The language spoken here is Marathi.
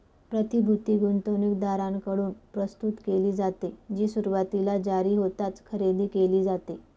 प्रतिभूती गुंतवणूकदारांकडून प्रस्तुत केली जाते, जी सुरुवातीला जारी होताच खरेदी केली जाते